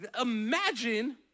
Imagine